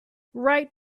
write